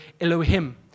Elohim